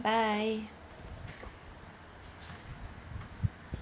bye